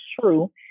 true